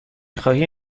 خواهی